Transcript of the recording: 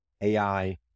AI